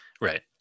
right